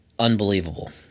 unbelievable